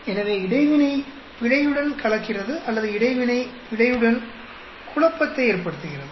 எனவே இடைவினை பிழையுடன் கலக்கிறது அல்லது இடைவினை பிழையுடன் குழப்பத்தை ஏற்படுத்துகிறது